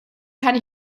kann